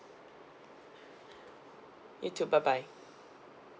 you too bye bye